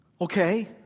okay